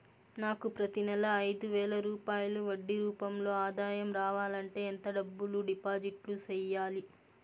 నాకు ప్రతి నెల ఐదు వేల రూపాయలు వడ్డీ రూపం లో ఆదాయం రావాలంటే ఎంత డబ్బులు డిపాజిట్లు సెయ్యాలి?